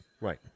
Right